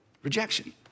Rejection